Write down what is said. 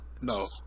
No